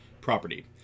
property